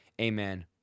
amen